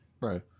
right